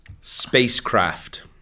Spacecraft